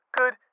good